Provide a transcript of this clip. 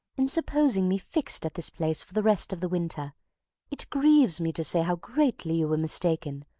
in supposing me fixed at this place for the rest of the winter it grieves me to say how greatly you were mistaken,